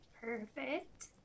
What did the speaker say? Perfect